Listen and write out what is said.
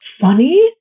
funny